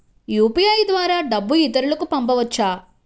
UPI ద్వారా డబ్బు ఇతరులకు పంపవచ్చ?